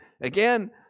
Again